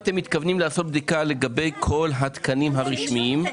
לעשות בדיקה לגבי כל התקנים הרשמיים?